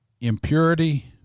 impurity